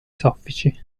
soffici